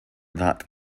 that